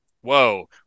Whoa